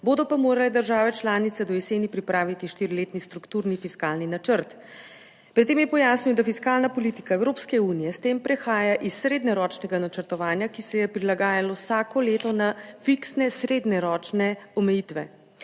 bodo pa morale države članice do jeseni pripraviti štiriletni strukturni fiskalni načrt. Pri tem je pojasnil, da fiskalna politika Evropske unije s tem prehaja iz srednjeročnega načrtovanja, ki se je prilagajalo vsako leto, na fiksne srednjeročne omejitve.